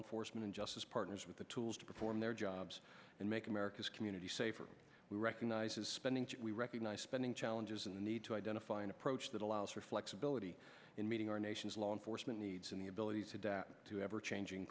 enforcement and justice partners with the tools to perform their jobs and make america's community safer we recognize his spending we recognize spending challenges and the need to identify an approach that allows for flexibility in meeting our nation's law enforcement needs and the ability to adapt to ever changing